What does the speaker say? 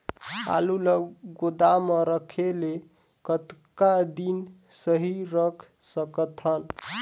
आलू ल गोदाम म रखे ले कतका दिन सही रख सकथन?